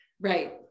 right